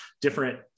different